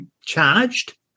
charged